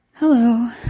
Hello